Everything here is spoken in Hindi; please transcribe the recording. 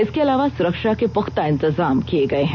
इसके अलावा सुरक्षा के पुख्ता इंतजाम किए गए हैं